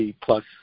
plus